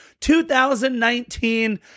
2019